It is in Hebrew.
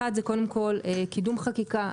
1. קודם כל קידום חקיקה.